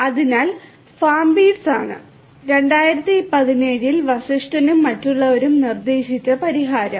അതിനാൽ ഫാംബീറ്റ്സ് മറ്റുള്ളവരും നിർദ്ദേശിച്ച പരിഹാരം